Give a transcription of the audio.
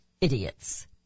idiots